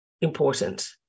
important